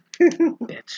Bitch